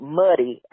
muddy